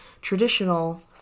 traditional